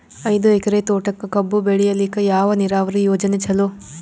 ಐದು ಎಕರೆ ತೋಟಕ ಕಬ್ಬು ಬೆಳೆಯಲಿಕ ಯಾವ ನೀರಾವರಿ ಯೋಜನೆ ಚಲೋ?